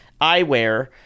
eyewear